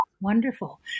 Wonderful